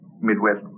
Midwest